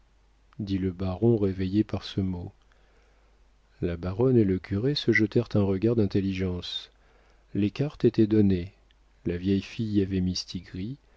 dit le baron réveillé par ce mot la baronne et le curé se jetèrent un regard d'intelligence les cartes étaient données la vieille fille avait mistigris elle